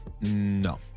No